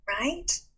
Right